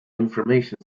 information